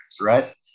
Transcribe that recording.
right